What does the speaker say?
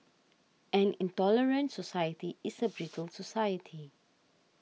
an intolerant society is a brittle society